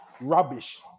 rubbish